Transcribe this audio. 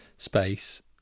space